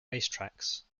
racetracks